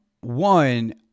One